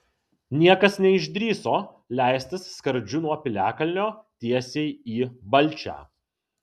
niekas neišdrįso leistis skardžiu nuo piliakalnio tiesiai į balčią